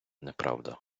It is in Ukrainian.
неправда